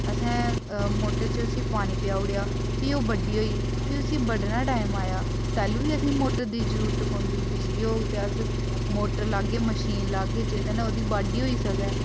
असें मोटर च उसी पानी पजाई ओड़ेआ फ्ही ओह् बड्डी होई फ्ही उस्सी बड्ढने दा टाइम आया तैह्लू बी असेंगी मोटर दी जरूरत पौंदी बिजली होग ते अस मोटर लागे मशीन लागे जेह्दे ने ओह्दी बाड्ढी होई सकै